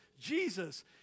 Jesus